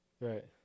Right